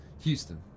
Houston